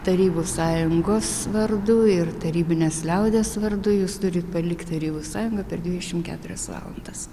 tarybų sąjungos vardu ir tarybinės liaudies vardu jūs turit palikt tarybų sąjungą per dvidešim keturias valandas